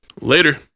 Later